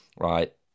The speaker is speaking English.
Right